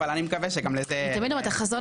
אבל נקווה שגם לזה --- אני תמיד אומרת שהחזון